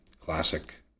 Classic